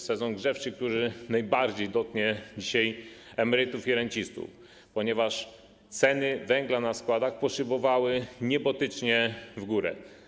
Sezon grzewczy, który najbardziej dotknie dzisiaj emerytów i rencistów, ponieważ ceny węgla w składach poszybowały niebotycznie w górę.